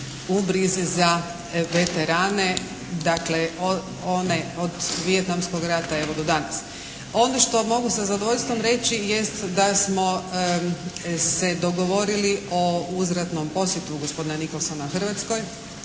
u brizi za veterane, dakle one od Vijetnamskog rata evo do danas. Onda što mogu sa zadovoljstvom reći jest da smo se dogovorili o uzvratnom posjetu gospodina Nickolsona Hrvatskoj.